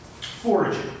foraging